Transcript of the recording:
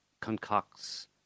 concocts